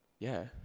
yeah,